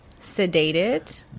sedated